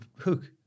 Hook